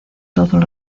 todos